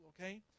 okay